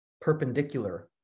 perpendicular